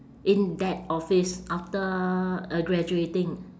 in that office after uh graduating